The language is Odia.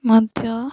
ମଧ୍ୟ